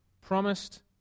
promised